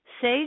say